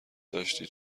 داشتی